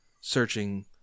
searching